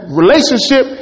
relationship